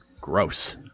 Gross